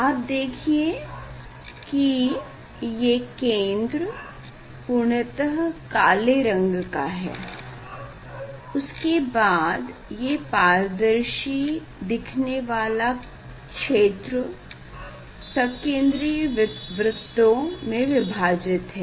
आप देखिए की ये केंद्र पूर्णतः काले रंग का है उसके बाद ये पारदर्शी दिखने वाला क्षेत्र सकेंद्री वृत्तों में विभाजित है